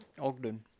Ogden